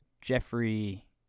Jeffrey